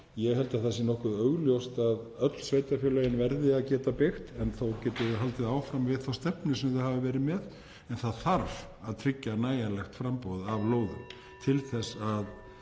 Ég held að það sé nokkuð augljóst að öll sveitarfélögin verði að geta byggt og enn þá geta þau haldið áfram með þá stefnu sem þau hafa verið með en það þarf að tryggja nægjanlegt framboð af lóðum. (Forseti